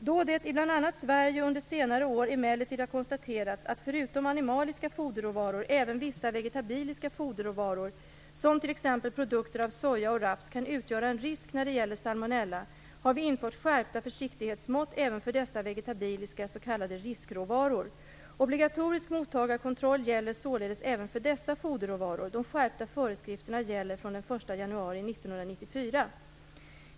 Då det i bl.a. Sverige under senare år emellertid har konstaterats att förutom animaliska foderråvaror även vissa vegetabiliska foderråvaror, som t.ex. produkter av soja och raps, kan utgöra en risk när det gäller salmonella har vi infört skärpta försiktighetsmått även för dessa vegetabiliska s.k. riskråvaror. Obligatorisk mottagarkontroll gäller således även för dessa foderråvaror. De skärpta föreskrifterna gäller från den 1 januari 1994.